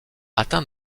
atteint